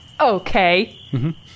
Okay